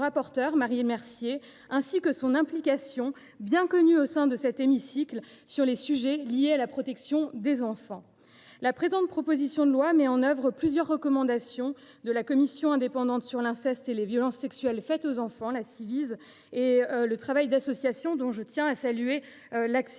Marie Mercier, ainsi que son implication bien connue au sein de cet hémicycle sur les sujets liés à la protection des enfants. La présente proposition de loi met en œuvre plusieurs recommandations issues des travaux de la Commission indépendante sur l’inceste et les violences sexuelles faites aux enfants (Ciivise) et d’associations, dont je salue l’action.